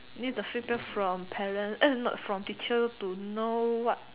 need the feedback from parent err no from the teacher to know what